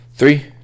Three